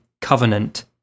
Covenant